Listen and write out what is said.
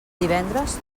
divendres